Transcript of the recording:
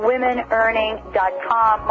WomenEarning.com